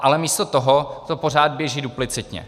Ale místo toho to pořád běží duplicitně.